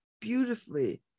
beautifully